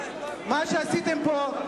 מה שאתם עשיתם פה,